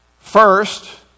First